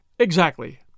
Exactly